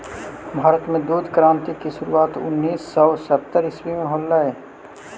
भारत में दुग्ध क्रान्ति की शुरुआत उनीस सौ सत्तर ईसवी में होलई